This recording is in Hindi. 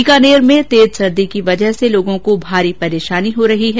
बीकानेर में तेज सर्दी की वजहसे लोगों को भारी परेशानी हो रही है